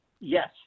Yes